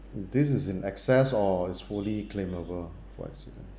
is this is in excess or is fully claimable ah for accident